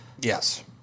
Yes